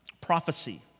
Prophecy